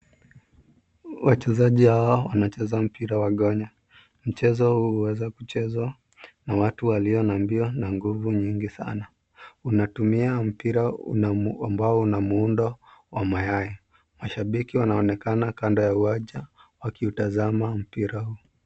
Wachezaji hawa wanacheza mpira wa gonya. Mchezo huu huweza kuchezwa na watu walio na mbio na nguvu nyingi sana. Unatumia mpira ambao una muundo wa mayai. Mashabiki wanaonekana kando ya uwanja wakiutazama mpira huu.